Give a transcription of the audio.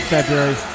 February